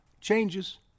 changes